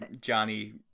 Johnny